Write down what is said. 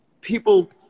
People